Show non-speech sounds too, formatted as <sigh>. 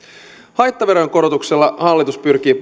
haittaverojen korotuksella hallitus pyrkii <unintelligible>